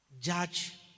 Judge